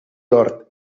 hort